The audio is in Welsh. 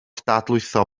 dadlwytho